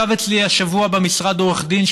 ישב אצלי השבוע במשרד עורך דין,